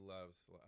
loves